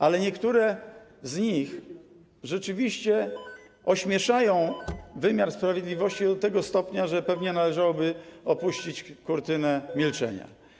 Ale niektóre z nich rzeczywiście ośmieszają wymiar sprawiedliwości do tego stopnia, że pewnie należałoby opuścić na nie kurtynę milczenia.